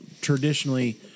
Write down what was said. traditionally